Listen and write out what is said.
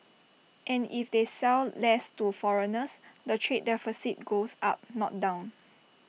and if they sell less to foreigners the trade deficit goes up not down